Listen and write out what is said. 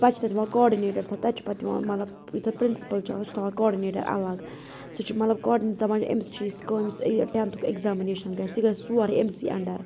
پَتہ چھ تتہِ یِوان کاڈنیٹَر تَتھ تَتہِ چھُ پَتہٕ یِوان مطلَب یُس تَتھ پرنٛسِپٕل چھُ آسان سُہ چھِ تھاوان کاڈنیٹَر اَلَگ سُہ چھ مطلَب کاڈنیٹَر دَپان أمِس چھ یہِ کٲمہِ سۭتۍ یہِ ٹیٚنتُھک ایٚکزامنیشَن گَژھہِ یہِ گَژھہِ سورٕے أمسٕے اَنٛڈَر